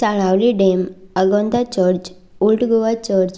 Salaulim dam Agonda church old Goa church